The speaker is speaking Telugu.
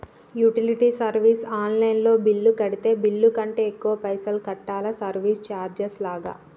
యుటిలిటీ సర్వీస్ ఆన్ లైన్ లో బిల్లు కడితే బిల్లు కంటే ఎక్కువ పైసల్ కట్టాలా సర్వీస్ చార్జెస్ లాగా?